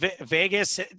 Vegas